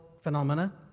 phenomena